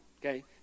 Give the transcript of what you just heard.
okay